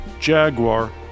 Jaguar